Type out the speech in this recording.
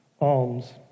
alms